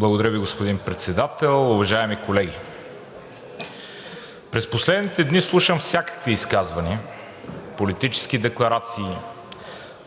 Благодаря Ви, господин Председател. Уважаеми колеги! През последните дни слушам всякакви изказвания, политически декларации,